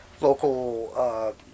local